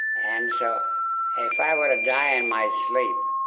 and so if i were to die in my sleep,